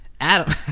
Adam